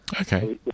Okay